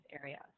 areas